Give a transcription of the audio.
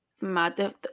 mad